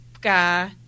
guy